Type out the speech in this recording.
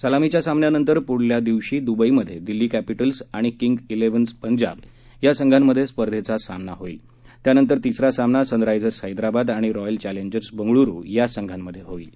सलामीच्या सामन्यानंतर प्ढील दिवशी द्बईमध्ये दिल्ली कपिटल्स आणि किंग्स इलेव्हन पंजाब या संघांमध्ये स्पर्धेचा पहिला सामना होईल तर त्यानंतर तिसरा सामना सनरायझर्स हैदराबाद आणि रॉयल चॅलेंजर्स बंगळ्रू या संघांमधे होईल